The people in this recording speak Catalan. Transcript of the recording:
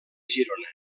girona